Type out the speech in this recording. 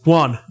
one